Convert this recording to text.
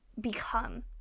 become